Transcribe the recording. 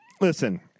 listen